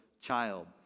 child